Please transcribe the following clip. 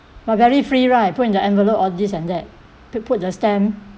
!wah! very free right put in the envelope all this and that put put the stamp